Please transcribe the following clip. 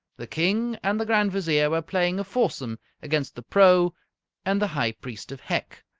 the king and the grand vizier were playing a foursome against the pro and the high priest of hec,